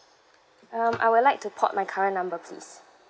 um I would like to port my current number please